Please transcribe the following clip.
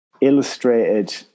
illustrated